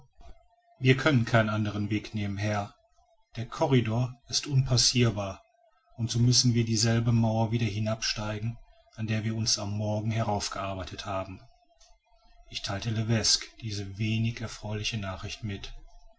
wir können keinen andern weg nehmen herr der corridor ist unpassirbar und so müssen wir dieselbe mauer wieder hinab steigen an der wir uns am morgen herauf gearbeitet haben ich theilte levesque diese wenig erfreuliche nachricht mit